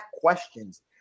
questions